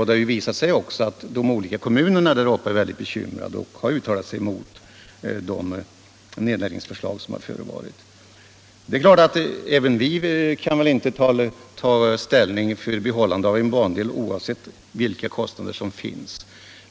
Det har ju också visat sig att de olika kommunerna där uppe är mycket bekymrade och har uttalat sig mot nedläggningsförslagen. Det är klart att inte heller vi kan ta ställning för behållande av en bandel oavsett vilka kostnader som det medför.